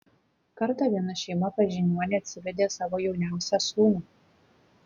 kartą viena šeima pas žiniuonį atsivedė savo jauniausią sūnų